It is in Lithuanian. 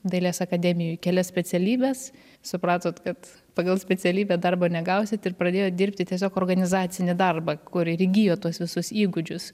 dailės akademijoj kelias specialybes supratot kad pagal specialybę darbo negausit ir pradėjot dirbti tiesiog organizacinį darbą kur ir įgijot tuos visus įgūdžius